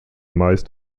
meist